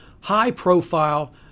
high-profile